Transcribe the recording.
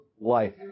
life